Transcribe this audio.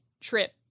trip